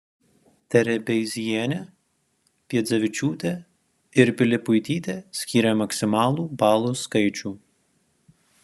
terebeizienė piedzevičiūtė ir pilipuitytė skyrė maksimalų balų skaičių